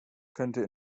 könnte